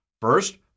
First